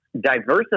diversify